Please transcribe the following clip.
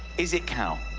is it cow?